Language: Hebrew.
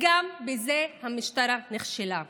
גם בזה המשטרה נכשלה.